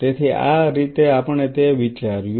તેથી આ રીતે આપણે તે વિચાર્યું